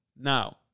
Now